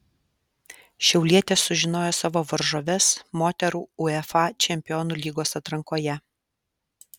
šiaulietės sužinojo savo varžoves moterų uefa čempionų lygos atrankoje